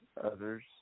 others